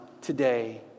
today